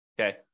Okay